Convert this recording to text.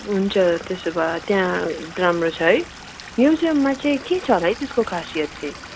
हुन्छ त्यसो भए त्यहाँ राम्रो छ है म्युजियममा चाहिँ के छ होला है त्यसको खासियत चाहिँ